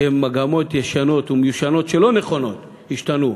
שמגמות ישנות ומיושנות, לא נכונות, ישתנו.